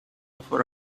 for